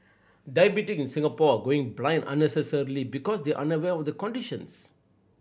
diabetic in Singapore are going blind unnecessarily because they are unaware of the conditions